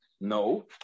No